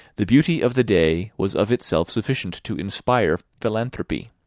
the beauty of the day was of itself sufficient to inspire philanthropy.